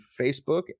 Facebook